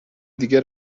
دیگه